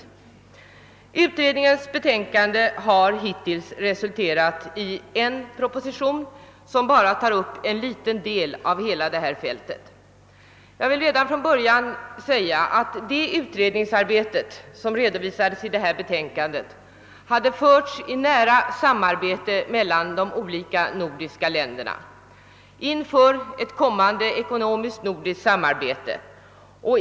Hittills har utredningens betänkande resulterat i en proposition, som bara tar upp en liten del av hela detta fält. Jag vill redan från början säga att utredningen utfört det arbete som redovisades i nämnda betänkande i nära samarbete med de olika nordiska länderna inför ett kommande ekonomiskt nordiskt samarbete.